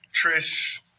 Trish